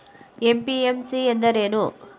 MPMC ಎಂದರೇನು?